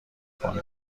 کنی